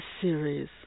series